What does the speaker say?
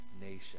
nation